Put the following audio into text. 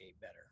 better